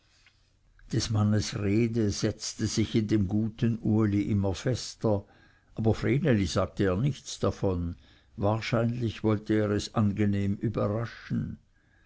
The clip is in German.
des mannes rede setzte sich in dem guten uli immer fester aber vreneli sagte er nichts davon wahrscheinlich wollte er es angenehm überraschen